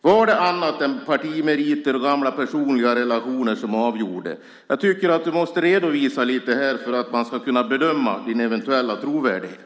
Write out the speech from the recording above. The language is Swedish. Var det annat än partimeriter och gamla personliga relationer som avgjorde. Jag tycker att du måste redovisa lite för att man ska kunna bedöma din eventuella trovärdighet.